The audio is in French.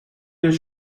deux